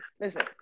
listen